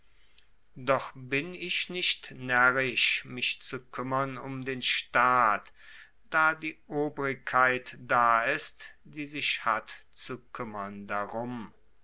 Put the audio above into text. doch bin ich nicht naerrisch mich zu kuemmern um den staat da die obrigkeit da ist die sich hat zu kuemmern drum